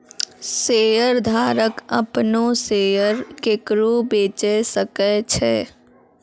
शेयरधारक अपनो शेयर केकरो बेचे सकै छै